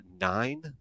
nine